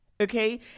Okay